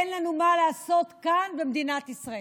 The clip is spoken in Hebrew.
אין לנו מה לעשות כאן במדינת ישראל.